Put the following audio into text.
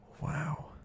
Wow